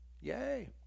yay